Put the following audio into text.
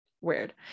weird